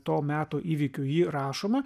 to meto įvykių jį rašoma